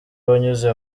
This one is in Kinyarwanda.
wanyuze